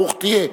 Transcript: ברוך תהיה.